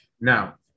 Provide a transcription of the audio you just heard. now